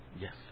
Yes